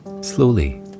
Slowly